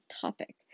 topic